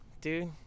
dude